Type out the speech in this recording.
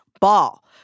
ball